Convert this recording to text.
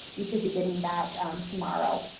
you should be getting that tomorrow.